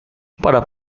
para